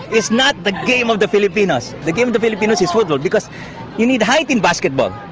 it's not the game of the filipinos! the game of the filipinos is football because you need height in basketball.